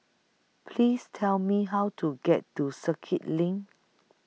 Please Tell Me How to get to Circuit LINK